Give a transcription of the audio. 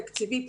תקציבית,